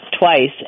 twice